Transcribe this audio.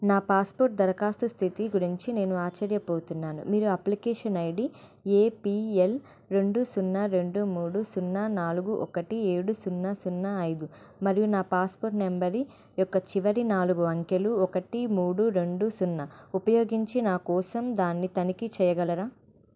నా పాస్పోర్ట్ దరఖాస్తు స్థితి గురించి నేను ఆశ్చర్యపోతున్నాను మీరు అప్లికేషన్ ఐడీ ఏపిఎల్ రెండు సున్నా రెండు మూడు సున్నా నాలుగు ఒకటి ఏడు సున్నా సున్నా ఐదు మరియు నా పాస్పోర్ట్ నంబరు యొక్క చివరి నాలుగు అంకెలు ఒకటి మూడు రెండు సున్నా ఉపయోగించి నా కోసం దాన్ని తనిఖీ చేయగలరా